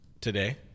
today